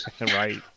right